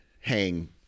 hang